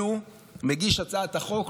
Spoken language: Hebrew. מגיש הצעת החוק,